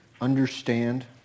understand